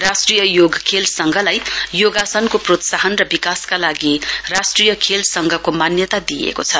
राष्ट्रिय योग खेल संघलाई योगासनको प्रोत्साहन र विकासका लागि राष्ट्रिय खेल संघको मान्यता दिइएको छ